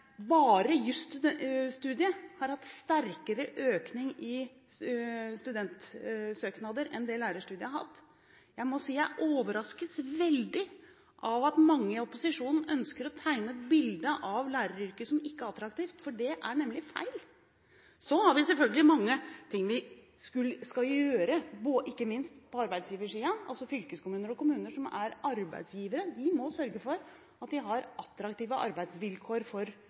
bare jusstudiet har hatt sterkere økning i antallet søknader enn lærerstudiet. Jeg overraskes veldig over at mange i opposisjonen ønsker å tegne et bilde av læreryrket som ikke er attraktivt, for det er nemlig feil. Vi har selvfølgelig mange ting vi skal gjøre, ikke minst på arbeidsgiversiden – altså hos fylkeskommunene og kommunene som er arbeidsgivere. De må sørge for at de har attraktive arbeidsvilkår for